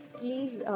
please